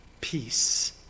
peace